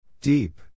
Deep